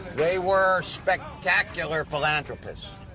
they were spectacular philanthropists,